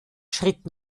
schritt